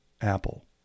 Apple